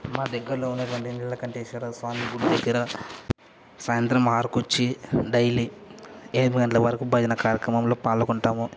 మా దగ్గరలో ఉన్నటువంటి నీలకంఠేశ్వర స్వామి గుడి దగ్గర సాయంత్రం ఆరుకి వచ్చి డైలీ ఏడు గంటల వరకు భజన కార్యక్రమంలో పాల్గొంటాము